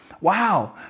Wow